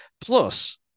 Plus